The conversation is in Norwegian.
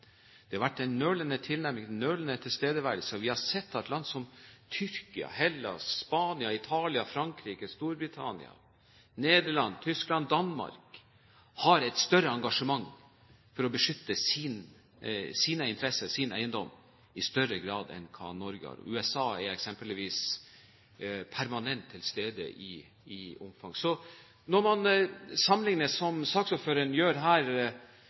Det har vært en nølende tilnærming, en nølende tilstedeværelse. Vi har sett at land som Tyrkia, Hellas, Spania, Italia, Frankrike, Storbritannia, Nederland, Tyskland og Danmark har et større engasjement for å beskytte sine interesser, sin eiendom, enn det Norge har. USA er eksempelvis permanent til stede. Når man sammenligner – som saksordføreren gjør her